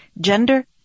gender